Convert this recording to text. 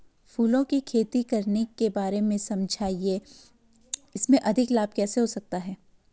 फूलों की खेती करने के बारे में समझाइये इसमें अधिक लाभ कैसे हो सकता है?